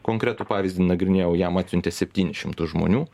konkretų pavyzdį nagrinėjau jam atsiuntė septynis šimtus žmonių